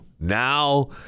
now